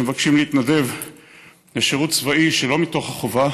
שמבקשים להתנדב לשירות צבאי שלא מתוך החובה,